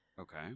Okay